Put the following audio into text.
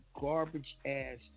garbage-ass